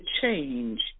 change